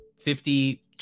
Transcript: fifty